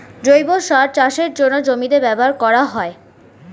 জৈব সার চাষের জন্যে জমিতে ব্যবহার করা হয়